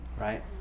right